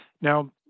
Now